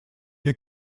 wir